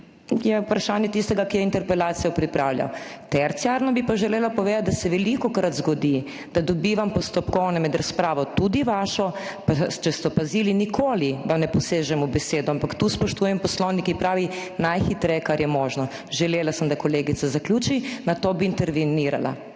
je vprašanje tistega, ki je interpelacijo pripravljal. Terciarno bi pa želela povedati, da se velikokrat zgodi, da dobivam postopkovne med razpravo, tudi vašo, pa če ste opazili, vam nikoli ne posežem v besedo, ampak tu spoštujem Poslovnik, ki pravi, najhitreje, kar je možno. Želela sem, da kolegica zaključi, nato bi intervenirala,